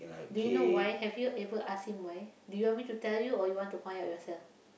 do you know why have you ever ask him why do you want me to tell you or you want to find out yourself